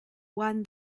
won